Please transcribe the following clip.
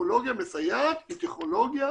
טכנולוגיה מסייעת היא טכנולוגיה